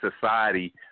society